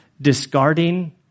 discarding